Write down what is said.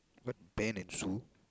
what Ben and Sue